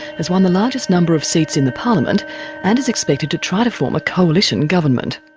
has won the largest number of seats in the parliament and is expected to try to form a coalition government.